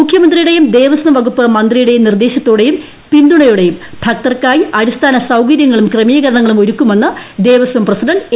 മുഖ്യമന്ത്രി യുടെയും ദേവസ്വം വകുപ്പ് മന്ത്രിയുടെയും നിർദ്ദേശത്തോടെയും പിന്തുണയോടെയും ഭക്തർക്കായി അടിസ്ഥാനസൌകര്യങ്ങളും ക്രമീ കരണങ്ങളുമൊരുക്കുമെന്ന് ദേവസ്വം പ്രസ്സിഡന്റ് എ